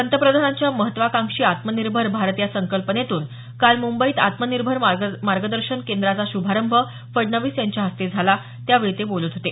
पंतप्रधानांच्या महत्त्वकांक्षी आत्मनिर्भर भारत या संकल्पनेतून काल मुंबईत आत्मनिर्भर मार्गदर्शन केंद्राचा शुभारंभ फडणवीस यांच्या हस्ते झाला त्यावेळी ते बोलत होते